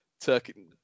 Turkey